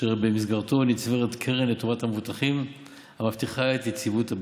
אשר במסגרתו נצברת קרן לטובת המבוטחים המבטיחה את יציבות הביטוח.